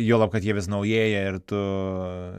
juolab kad jie vis naujėja ir tu